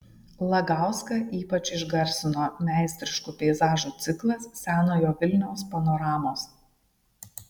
lagauską ypač išgarsino meistriškų peizažų ciklas senojo vilniaus panoramos